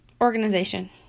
Organization